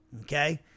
okay